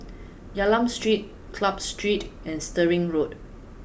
Hylam Street Club Street and Stirling Road